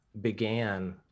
began